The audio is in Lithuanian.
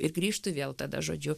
ir grįžtu vėl tada žodžiu